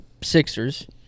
Sixers